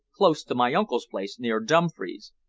close to my uncle's place, near dumfries.